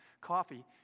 coffee